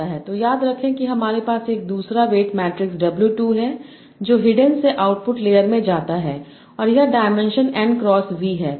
तो याद रखें कि हमारे पास एक दूसरा वेट मैट्रिक्स W 2 है जो हिडन से आउटपुट लेयर से में जाता है और यह डायमेंशन N क्रॉस V है